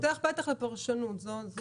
זה פותח פתח לפרשנות, זאת הדאגה.